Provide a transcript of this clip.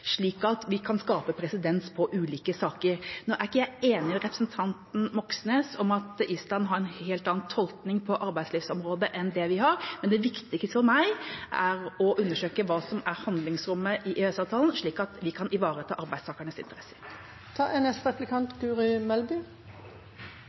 slik at vi kan skape presedens på ulike saker. Nå er ikke jeg enig med representanten Moxnes i at Island har en helt annen tolkning på arbeidslivsområdet enn det vi har, men det viktigste for meg er å undersøke hva som er handlingsrommet i EØS-avtalen, slik at vi kan ivareta arbeidstakernes interesser. Jeg er